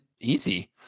easy